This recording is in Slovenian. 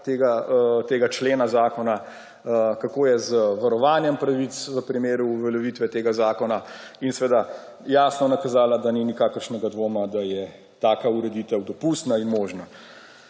tega člena zakona, kako je z varovanjem pravic v primeru uveljavitve tega zakona, in jasno nakazala, da ni nikakršnega dvoma, da je taka ureditev dopustna in možna.